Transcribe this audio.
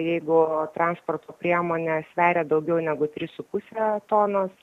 jeigu transporto priemonė sveria daugiau negu tris su puse tonos